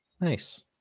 nice